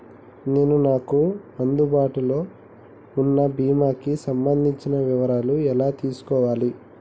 నేను నాకు అందుబాటులో ఉన్న బీమా కి సంబంధించిన వివరాలు ఎలా తెలుసుకోవాలి?